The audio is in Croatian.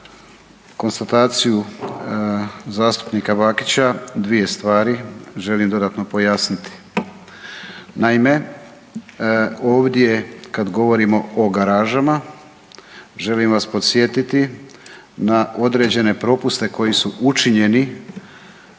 za konstataciju zastupnika Bakića dvije stvari želim dodatno pojasniti. Naime, ovdje kad govorimo o garažama želim vas podsjetiti na određene propuste koji su učinjeni